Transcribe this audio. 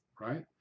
right